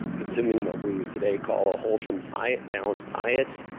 consuming what we would today call a wholesome diet, balanced diet.